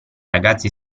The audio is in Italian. ragazzi